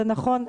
זה נכון,